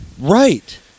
Right